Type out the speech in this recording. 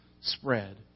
spread